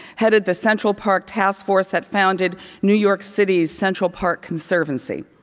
headed the central park task force that founded new york city's central park conservancy.